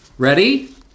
Ready